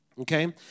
okay